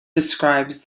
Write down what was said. describes